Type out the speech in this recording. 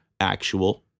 actual